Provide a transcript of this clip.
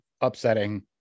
upsetting